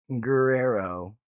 Guerrero